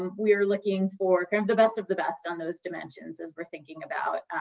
um we are looking for kind of the best of the best on those dimensions as we're thinking about